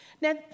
Now